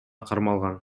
кармалган